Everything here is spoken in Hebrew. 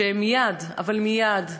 שמייד, אבל מייד,